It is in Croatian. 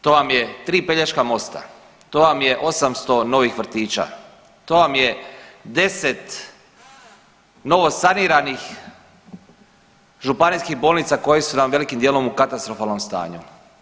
To vam je 3 Pelješka mosta, to vam je 800 novih vrtića, to vam je 10 novosaniranih županijskih bolnica koje su nam velikim dijelom u katastrofalnom stanju.